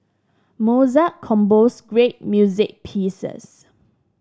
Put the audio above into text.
Mozart composed great music pieces